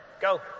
Go